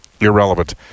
Irrelevant